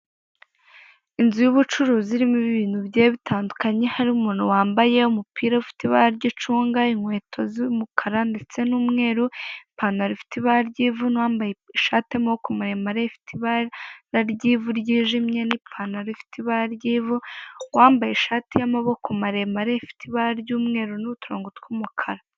Inzu y'ubucuruzi irimo ibintu bigiye bitandukanye, harimo umuntu wambaye umupira ufite ibara ry'icunga, inkweto z'umukara ndetse n'umweru, ipantaro ifite ibara ry'ivu, n'uwambaye ishati y'amaboko maremare ifite ibara ry'ivu ry'ijimye n'ipantaro ifite ibara ry'ivu, uwambaye ishati y'amaboko maremare ifite ibara ry'umweru n'uturongo tw'umukara.